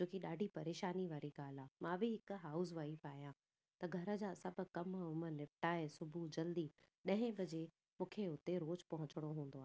जोकी ॾाढी परेशानी वारी ॻाल्हि आहे मां बि हिक हाउस वाइफ आहियां त घर जा सभु कम वम निपटाए सुबुह जल्दी ॾहें बजे मूंखे उते रोज पहुचणो हूंदो आहे